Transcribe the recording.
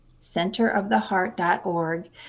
centeroftheheart.org